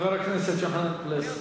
חבר הכנסת יוחנן פלסנר.